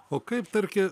o kaip tarkim